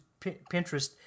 Pinterest